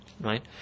Right